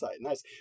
Nice